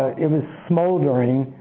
it was smoldering,